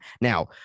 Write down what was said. Now